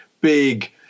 big